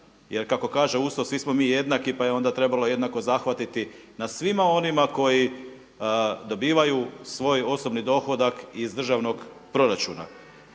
Jer kako kaže Ustav svi smo mi jednaki, pa je onda trebalo jednako zahvatiti na svima onima koji dobivaju svoj osobni dohodak iz državnog proračuna.